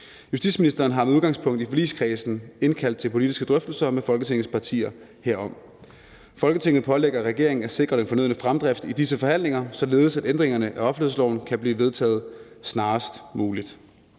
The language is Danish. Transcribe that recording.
Justitsministeren har – med udgangspunkt i forligskredsen – indkaldt til politiske drøftelser med Folketingets partier herom. Folketinget pålægger regeringen at sikre den fornødne fremdrift i disse forhandlinger, således at ændringerne af offentlighedsloven kan blive vedtaget snarest muligt.«